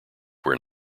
where